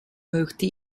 möchte